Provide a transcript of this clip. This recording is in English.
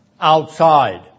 Outside